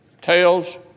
Tails